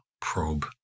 probe